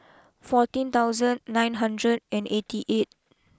I am particular about my Kuih Bingka Ubi